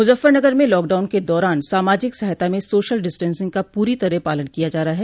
मुजफ्फरनगर में लॉकडाउन के दौरान सामाजिक सहायता में सोशल डिस्टेंसिंग का पूरी तरह पालन किया जा रहा है